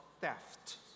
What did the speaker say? theft